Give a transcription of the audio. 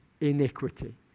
iniquity